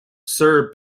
sir